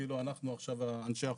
כאילו אנחנו עכשיו אנשי החושך.